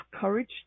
courage